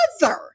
mother